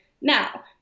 now